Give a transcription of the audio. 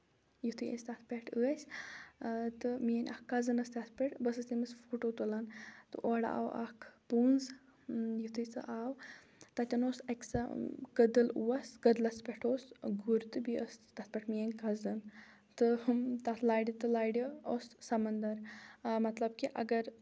یِتھُے أسۍ تَتھ پٮ۪ٹھ ٲسۍ تہٕ میٲنۍ اکھ کَزٕنۍ ٲسۍ تَتھ پٮ۪ٹھ بہٕ ٲسٕس تٔمِس فوٹو تُلان تہٕ اورٕ آو اکھ پوٚنٛز یِتھُے سُہ آو تَتٮ۪ن اوس اَکہِ سا کٔدٕل اوس کٔدلَس پٮ۪ٹھ اوس گُر تہٕ بیٚیہِ أسۍ تَتھ پٮ۪ٹھ میٲنۍ کَزٕنۍ تہٕ ہُم لَرِ تہٕ لَرِ اوس سَمنٛدر مطلب کہِ اَگر